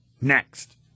next